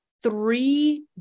three